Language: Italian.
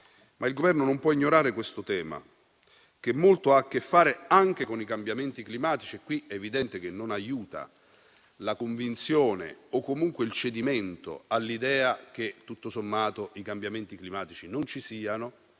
ma il Governo non può ignorare questo tema, che molto ha a che fare anche con i cambiamenti climatici. Qui è evidente che non aiuta la convinzione o comunque il cedimento all'idea che, tutto sommato, i cambiamenti climatici non ci siano,